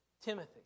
Timothy